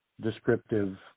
descriptive